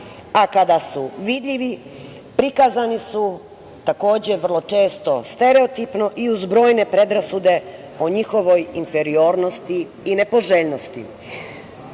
a kada su vidljivi prikazani su, takođe, vrlo često stereotipno iz uz brojne predrasude o njihovoj inferiornosti i nepožljenosti.